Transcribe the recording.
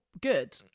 good